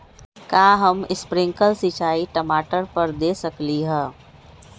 का हम स्प्रिंकल सिंचाई टमाटर पर दे सकली ह?